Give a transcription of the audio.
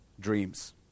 dreams